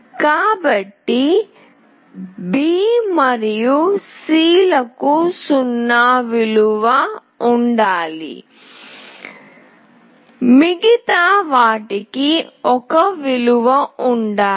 కాబట్టి B మరియు C లకు 0 విలువ ఉండాలి మిగతా వాటికి 1 విలువ ఉంటుంది